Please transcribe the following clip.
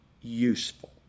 useful